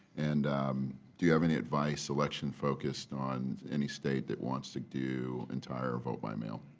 and do you have any advice, election focused on any state that wants to do entire vote by mail?